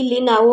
ಇಲ್ಲಿ ನಾವು